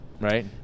Right